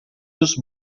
dos